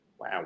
Wow